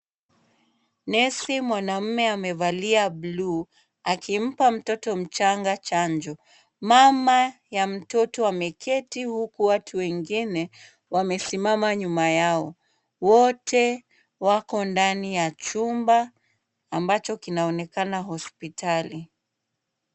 Nesi mwanamme amevalia blue akimpa mtoto mchanga chanjo. Mama ya mtoto ameketi huku watu wengine wamesimama nyuma yao. Wote wako ndani ya chumba ambacho kinaonekana hospitali.